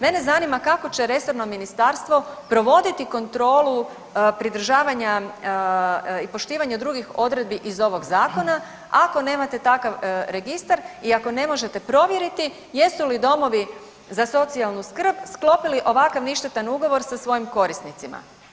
Mene zanima kako će resorno ministarstvo provoditi kontrolu pridržavanja i poštovanja drugih odredbi iz ovog zakona ako nemate takav registar i ako ne možete provjeriti jesu li domovi za socijalnu skrb sklopili ovakav ništetni ugovor sa svojim korisnicima.